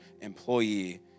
employee